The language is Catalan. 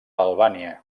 albània